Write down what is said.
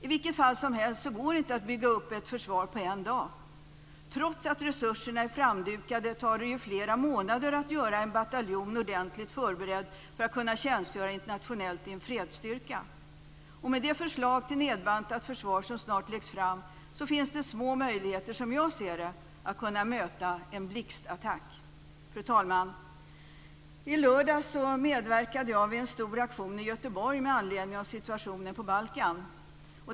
I vilket fall som helst går det inte att bygga upp ett försvar på en dag. Trots att resurserna är framdukade tar det ju flera månader att göra en bataljon ordentligt förberedd för att kunna tjänstgöra internationellt i en fredsstyrka. Med det förslag till nedbantat försvar som snart läggs fram finns det små möjligheter, som jag ser det, att kunna möta en blixtattack. Fru talman! I lördags medverkade jag vid en stor aktion i Göteborg med anledning av situationen på Balkan.